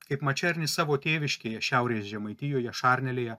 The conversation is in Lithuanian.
kaip mačernis savo tėviškėje šiaurės žemaitijoje šarnelėje